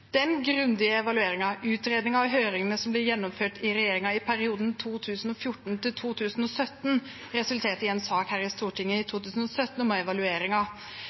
Den grundige evalueringen, utredningen og høringene som ble gjennomført av regjeringen i perioden 2014–2017, resulterte i en sak her i Stortinget i 2017 om